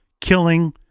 killing